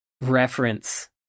reference